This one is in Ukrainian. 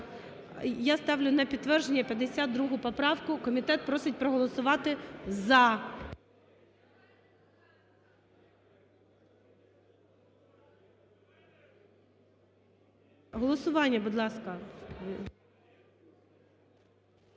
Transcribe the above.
я ставлю на підтвердження 52 поправку, комітет просить проголосувати "за". Голосування, будь ласка.